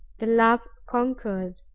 the love conquered!